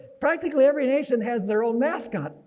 practically every nation has their own mascot.